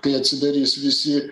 kai atsidarys visi